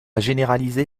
généralisé